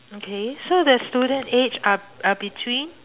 okay so the student age are are between